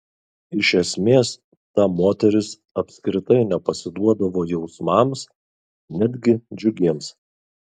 iš esmės ta moteris apskritai nepasiduodavo jausmams netgi džiugiems